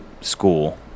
school